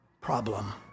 Problem